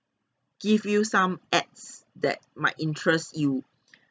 give you some ads that might interest you